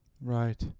Right